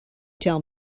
tell